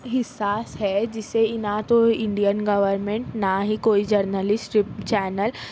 حساس ہے جسے نہ تو انڈین گورمینٹ نہ ہی کوئی جرنلسٹ چینل